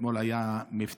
ואתמול היה מבצע